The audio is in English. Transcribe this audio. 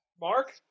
Mark